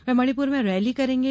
वह मणिपुर में रैली करेंगे